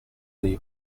dei